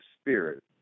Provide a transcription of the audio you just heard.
spirit